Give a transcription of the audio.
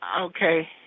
Okay